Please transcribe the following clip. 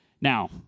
Now